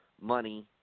money